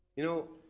you know,